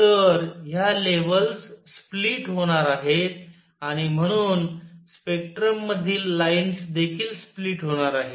तर ह्या levels split होणार आहेत आणि म्हणून स्पेक्ट्रममधील लाईन्स देखील स्प्लिट होणार आहेत